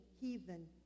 heathen